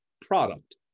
product